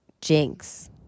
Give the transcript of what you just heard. Jinx